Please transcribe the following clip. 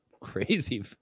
crazy